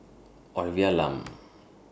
Olivia Lum